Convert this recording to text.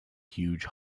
huge